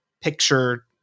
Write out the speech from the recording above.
picture